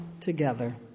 together